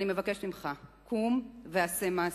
אני מבקשת ממך: קום ועשה מעשה.